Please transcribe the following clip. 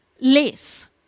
less